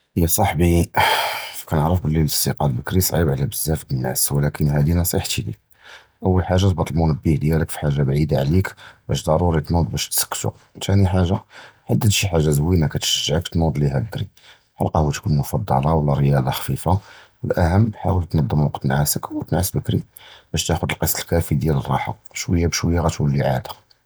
יַ צַחְבִּי קִנְעַרְפּ בְּלִי הַאִסְתִיקְּזוּקּ בְּקְרִי צְעִיב עַל בְּזַאפ דִיַּל נַאס, וְלָקִין הַדִּי נְצִיחָתִי אוּל חַאגָה, אִצְבְּטּ אֶל-מַנְבָּה דִיַּלְכּ בְּחַאגָה בְּעִידָה עַלַיךּ בְּשָּׁשִי תְּנֻוּד בְּשָּׁשִי תִּסְכִּיטוּ, תַּאנִי חַאגָה חַדָּה חַאגָה זְווִינָה קִתְשַجְּעְכּ תִּנֻוּד לִיהָא בְּקְרִי, חַלּ קָהְוְתְּכּ הַמוּפַדָּלָה וְאַלְרְיַاضة חַפִיפָה, הָאֻחַּם חַאווּל תִנְזַמּ זְמַן נְעָאסְכּ וְתִנֻוּד בְּקְרִי בְּשַּׁשִי תַּחְדּוּז אַלְקַסְט אַלְכָּפִי דִיַּל הַרָאחַה, בַּשְּׁוִיַّة בַּשְּׁוִיַّة גַּתּוּלִי עֻדָּה.